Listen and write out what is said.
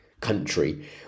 country